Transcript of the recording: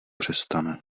přestane